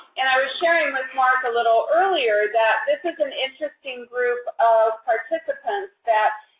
and i was sharing with mark a little earlier that this is an interesting group of participants that,